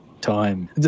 time